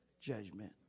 judgment